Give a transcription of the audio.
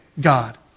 God